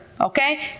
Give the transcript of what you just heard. okay